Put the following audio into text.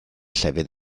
llefydd